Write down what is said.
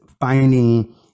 finding